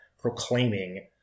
proclaiming